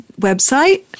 website